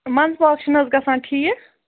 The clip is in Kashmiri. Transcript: منٛزٕ باگ چھُنَہ حظ گَژھان ٹھیٖک